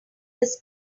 this